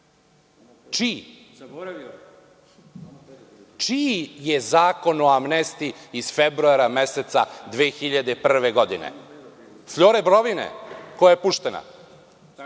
Čiji? Čiji je Zakon o amnestiji iz februara meseca 2001. godine? Fljore Brovine koja je puštena,